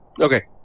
okay